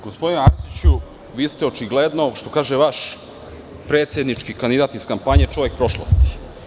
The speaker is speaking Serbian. Gospodine Arsiću, vi ste očigledno, što kaže vaš predsednički kandidat iz kampanje, čovek prošlosti.